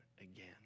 again